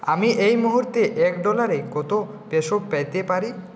আমি এই মুহূর্তে এক ডলারে কত পেসো পেতে পারি